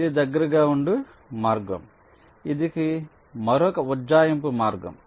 ఇది దగ్గరగా ఉండు మార్గం ఇది మరొక ఉజ్జాయింపు మార్గం